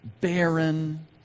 barren